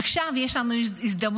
עכשיו יש לנו הזדמנות,